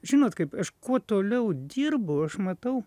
žinot kaip aš kuo toliau dirbu aš matau